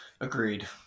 Agreed